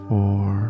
Four